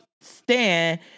stand